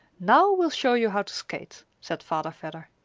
now we'll show you how to skate, said father vedder.